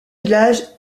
villages